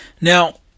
Now